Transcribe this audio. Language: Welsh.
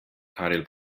caryl